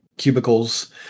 Cubicles